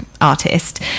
artist